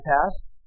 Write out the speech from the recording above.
past